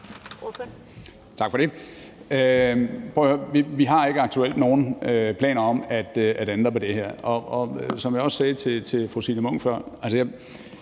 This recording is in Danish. Vi har aktuelt ikke nogen planer om at ændre på det her, og som jeg også sagde til fru Signe Munk før,